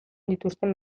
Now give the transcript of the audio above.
dituzten